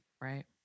Right